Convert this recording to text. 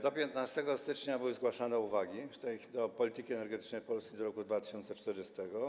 Do 15 stycznia były zgłaszane uwagi wobec polityki energetycznej Polski do roku 2040.